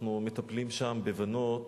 אנחנו מטפלים שם בבנות,